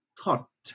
thought